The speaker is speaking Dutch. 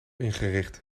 ingericht